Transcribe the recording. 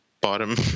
Bottom